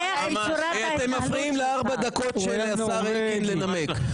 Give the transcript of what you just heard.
אתם מפריעים לארבע הדקות של השר אלקין לנמק.